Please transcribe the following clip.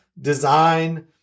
Design